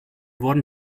wurden